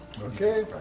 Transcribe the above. Okay